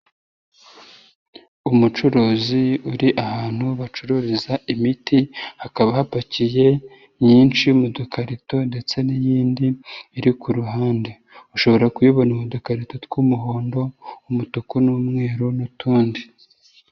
Umucuruzi uri ahantu bacururiza imiti, hakaba hapakiye myinshi mu dukarito ndetse n'iyindi, iri kuruhande. Ushobora kuyibona mu dukarito tw'umuhondo umutuku n'umweru n'utundi.